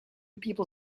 people